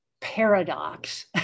paradox